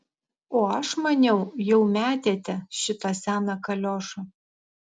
o aš maniau jau metėte šitą seną kaliošą